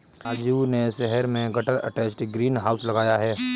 राजू ने शहर में गटर अटैच्ड ग्रीन हाउस लगाया है